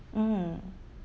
mm